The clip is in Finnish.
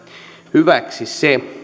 hyväksi se